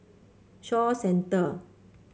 Shaw Centre